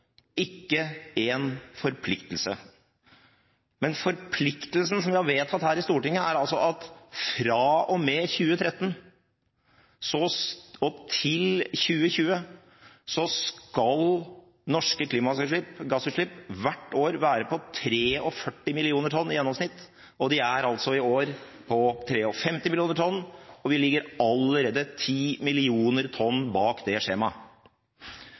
ikke ett tall, ikke ett tonn, ikke én forpliktelse. Den forpliktelsen som vi har vedtatt her i Stortinget, er at fra og med 2013 og til 2020 skal norske klimagassutslipp hvert år være på 43 millioner tonn i gjennomsnitt. De er i år på 53 millioner tonn. Vi ligger allerede 10 millioner tonn bak det skjemaet.